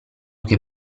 che